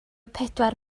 pedwar